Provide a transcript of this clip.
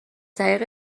طریق